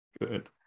good